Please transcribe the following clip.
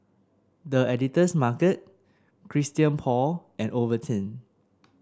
The Editor's Market Christian Paul and Ovaltine